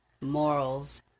morals